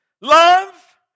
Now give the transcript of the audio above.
love